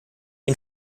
ihn